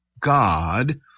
God